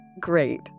great